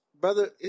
brother